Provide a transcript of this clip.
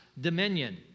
dominion